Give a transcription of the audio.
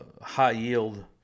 high-yield